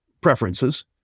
preferences